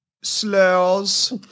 slurs